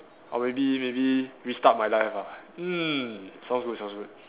or maybe maybe restart my life ah mm sounds good sounds good